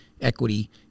equity